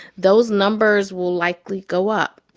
those numbers will likely go up